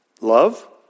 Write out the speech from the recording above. love